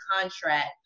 contract